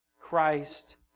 Christ